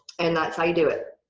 and that's how you do it.